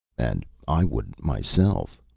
and i wouldn't, myself.